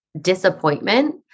disappointment